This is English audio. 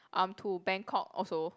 um to Bangkok also